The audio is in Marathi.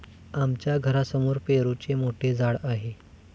आमच्या घरासमोर पेरूचे मोठे झाड आहे